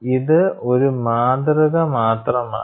ഇത് ഒരു മാതൃക മാത്രമാണ്